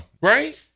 Right